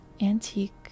antique